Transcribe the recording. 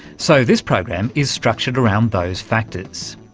so this program is structured around those factors.